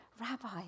rabbi